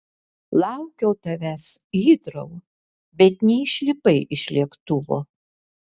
laukiau tavęs hitrou bet neišlipai iš lėktuvo